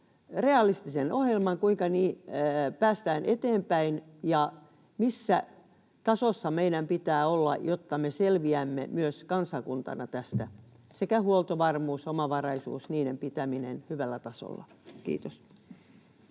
ilmastotavoitteisiin, kuinka päästään eteenpäin ja missä tasossa meidän pitää olla, jotta me selviämme myös kansakuntana tästä, sekä huoltovarmuuden ja omavaraisuuden pitämiseen hyvällä tasolla. — Kiitos.